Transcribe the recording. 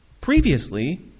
previously